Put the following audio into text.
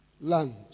land